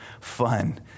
fun